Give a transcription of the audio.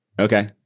Okay